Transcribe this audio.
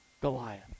Goliath